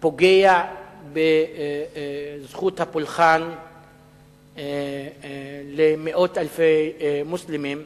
פוגע בזכות הפולחן של מאות-אלפי מוסלמים,